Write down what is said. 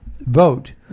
vote